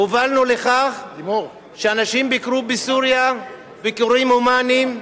הובלנו לכך שאנשים ביקרו בסוריה ביקורים הומניים.